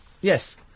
Yes